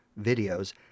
videos